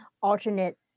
alternate